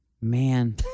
Man